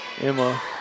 emma